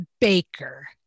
Baker